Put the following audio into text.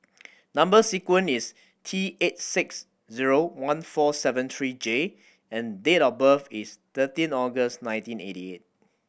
number sequence is T eight six zero one four seven three J and date of birth is thirteen August nineteen eighty eight